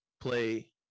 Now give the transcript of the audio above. play